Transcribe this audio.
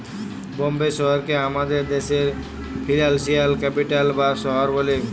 বম্বে শহরকে আমাদের দ্যাশের ফিল্যালসিয়াল ক্যাপিটাল বা শহর ব্যলে